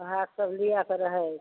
ओहए सभ लियैके रहै